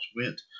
went